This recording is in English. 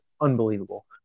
unbelievable